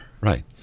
Right